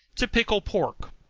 to pickle pork.